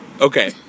Okay